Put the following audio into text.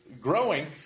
growing